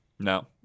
No